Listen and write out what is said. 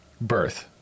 Birth